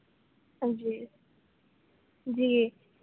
جی جی